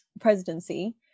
presidency